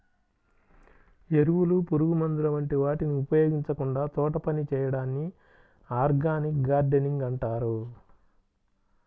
ఎరువులు, పురుగుమందుల వంటి వాటిని ఉపయోగించకుండా తోటపని చేయడాన్ని ఆర్గానిక్ గార్డెనింగ్ అంటారు